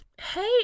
Hey